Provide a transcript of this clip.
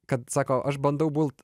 kad sako aš bandau būt